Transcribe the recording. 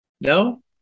No